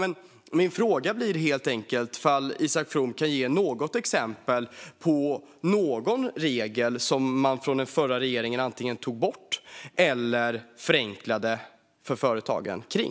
Men min fråga blir helt enkelt om Isak From kan ge något exempel på någon regel som den förra regeringen antingen tog bort eller förenklade för företagen.